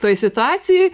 toj situacijoj